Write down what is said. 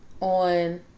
on